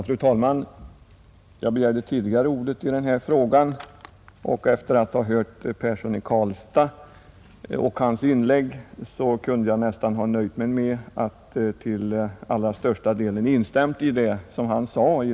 Fru talman! Jag begärde ordet tidigare, men efter att ha hört herr Persson i Karlstad kan jag nöja mig med att till allra största delen instämma i hans inlägg.